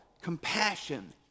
compassion